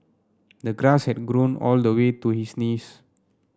the grass had grown all the way to his knees